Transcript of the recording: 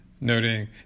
noting